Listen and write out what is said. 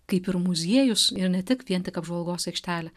kaip ir muziejus ir ne tik vien tik apžvalgos aikštelė